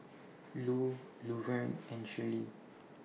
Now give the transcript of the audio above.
Lu Luverne and Shirlie